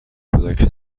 کودکش